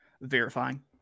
verifying